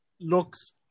looks